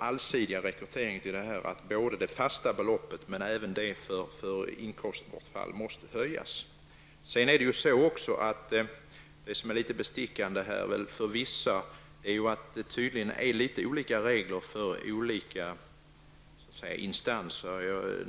allsidig rekrytering tror jag att såväl det fasta beloppet som ersättningen för inkomstbortfall måste höjas. Litet bestickande för vissa är också att det tydligen finns olika regler för olika instanser.